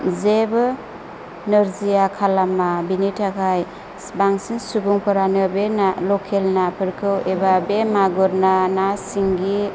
जेबो नोरजिया खालामा बिनि थाखाय बांसिन सुबुंफोरानो बे ना लखेल नाफोरखौ एबा बे मागुर ना ना सिंगि